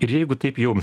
ir jeigu taip jau